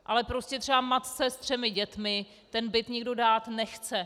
Ale prostě třeba matce se třemi dětmi byt nikdo dát nechce.